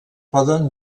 poden